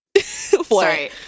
Sorry